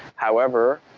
however,